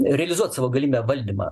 realizuot savo galybę valdymą